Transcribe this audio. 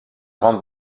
rendent